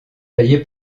taillé